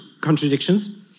contradictions